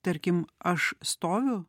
tarkim aš stoviu